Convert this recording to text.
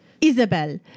Isabel